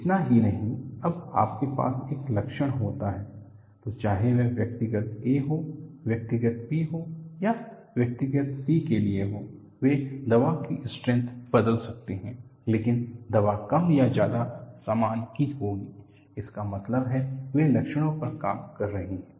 इतना ही नहीं जब आपके पास एक लक्षण होता है तो चाहे वह व्यक्तिगत A हो व्यक्तिगत B हो या व्यक्तिगत C के लिए हो वे दवा की स्ट्रेंथ बदल सकते हैं लेकिन दवा कम या ज्यादा समान ही होगी इसका मतलब है वे लक्षणों पर काम कर रहे हैं